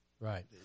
Right